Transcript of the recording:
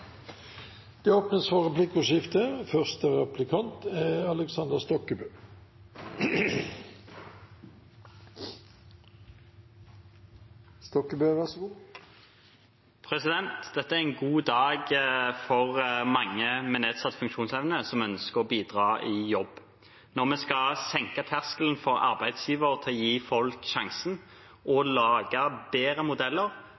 replikkordskifte. Dette er en god dag for mange med nedsatt funksjonsevne som ønsker å bidra i jobb, når vi skal senke terskelen for arbeidsgivere til å gi folk sjansen og lage bedre modeller